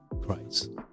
Christ